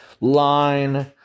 line